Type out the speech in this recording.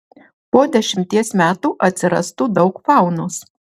po dešimties metų atsirastų daug faunos